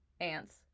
Ants